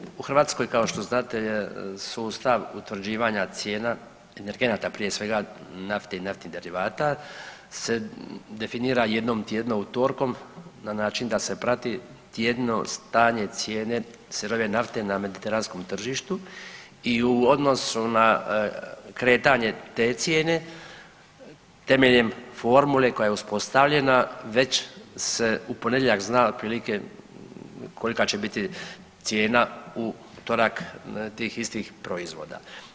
Kolegice u Hrvatskoj kao što znate sustav utvrđivanja cijena energenata prije svega, nafte i naftnih derivata se definira jednom tjedno, utorkom, na način da se prati tjedno stanje cijene sirove nafte na mediteranskom tržištu i u odnosu na kretanje te cijene temeljem formule koja je uspostavljena već se u ponedjeljak zna otprilike kolika će biti cijena u utorak tih istih proizvoda.